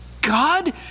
God